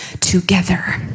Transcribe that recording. together